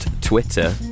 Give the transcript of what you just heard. Twitter